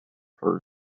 for